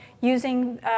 Using